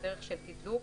בדרך של תדלוק,